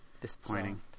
Disappointing